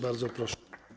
Bardzo proszę.